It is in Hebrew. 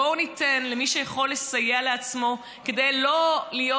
בואו ניתן למי שיכול לסייע לעצמו כדי לא להיות,